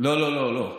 לא, לא, לא, לא.